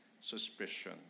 suspicion